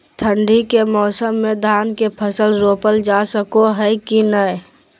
ठंडी के मौसम में धान के फसल रोपल जा सको है कि नय?